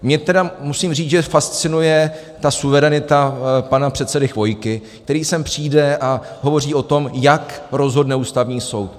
Mě tedy, musím říct, fascinuje ta suverenita pana předsedy Chvojky, který sem přijde a hovoří o tom, jak rozhodne Ústavní soud.